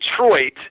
Detroit